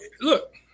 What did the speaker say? look